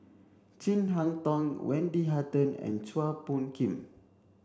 Chin Harn Tong Wendy Hutton and Chua Phung Kim